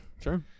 Sure